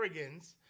arrogance